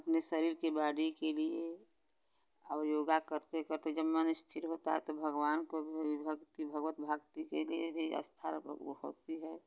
अपने शरीर के बॉडी के लिए और योगा करते करते जब मन स्थिर होता है तो भगवान को भी भक्ति भगवत भक्ति के लिए भी होती है